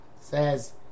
says